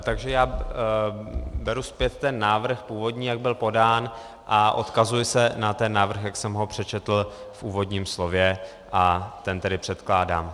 Takže já beru zpět ten návrh původní, jak byl podán, a odkazuji se na ten návrh, jak jsem ho přečetl v úvodním slově, a ten tedy předkládám.